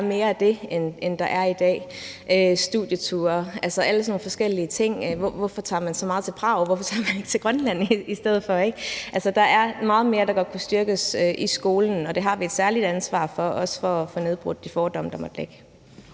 ikke er mere af det, end der er i dag. Det handler om alle mulige forskellige ting. Når man tager på studietur, hvorfor tager man så ofte til Prag, og hvorfor tager man ikke til Grønland i stedet for? Altså, der er meget mere, der godt kunne styrkes i skolen, og det har vi et særligt ansvar for, også for at få nedbrudt de fordomme, der måtte være.